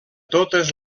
totes